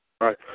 Right